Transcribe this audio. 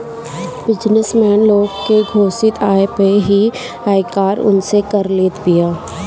business man लोग के घोषित आय पअ ही आयकर उनसे कर लेत बिया